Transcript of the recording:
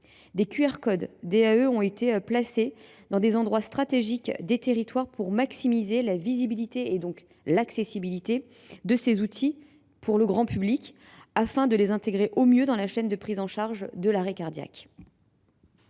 Des QR codes DAE ont été placés dans des endroits stratégiques des territoires pour maximiser la visibilité et l’accessibilité de ces instruments pour le grand public afin de les intégrer au mieux dans la chaîne de prise en charge de l’arrêt cardiaque.